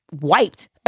wiped